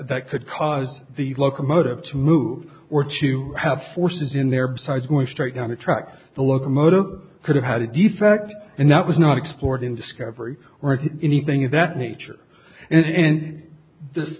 that could cause the locomotive to move or to have forces in there besides going straight down the tracks the locomotive could have had a defect and that was not explored in discovery or anything of that nature and this